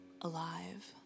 alive